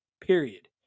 Period